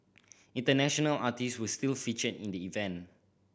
international artist will still feature in the event